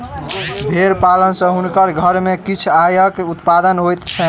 भेड़ पालन सॅ हुनकर घर में किछ आयक उत्पादन होइत छैन